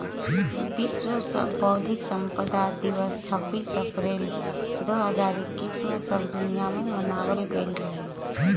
विश्व बौद्धिक संपदा दिवस छब्बीस अप्रैल दो हज़ार इक्कीस में सब दुनिया में मनावल गईल रहे